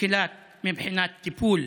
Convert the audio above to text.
מבחינת טיפול